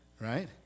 right